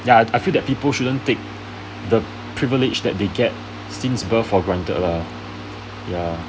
ya I feel like people shouldn't take the privilege that they get since birth or granted lah ya